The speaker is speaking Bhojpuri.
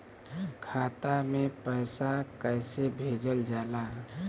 खाता में पैसा कैसे भेजल जाला?